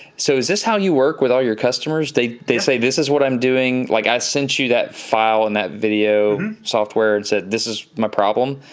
so is this how you work with all your customers? they they say this is what i'm doing, like i sent you that file and that video software and said this is my problem.